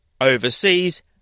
Overseas